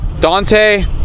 Dante